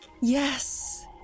Yes